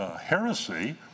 heresy